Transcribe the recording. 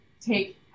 take